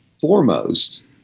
foremost